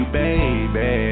baby